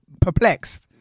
perplexed